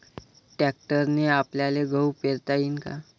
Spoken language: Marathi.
ट्रॅक्टरने आपल्याले गहू पेरता येईन का?